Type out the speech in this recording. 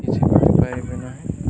କିଛି କରିପାରବେ ନାହିଁ